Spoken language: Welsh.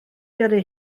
gyrru